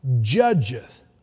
judgeth